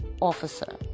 officer